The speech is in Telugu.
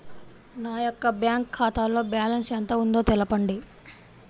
నా యొక్క బ్యాంక్ ఖాతాలో బ్యాలెన్స్ ఎంత ఉందో తెలపండి?